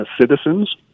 Citizens